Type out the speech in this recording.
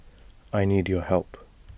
I need your help